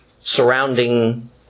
surrounding